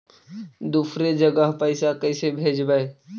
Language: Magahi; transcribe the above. दुसरे जगह पैसा कैसे भेजबै?